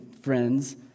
friends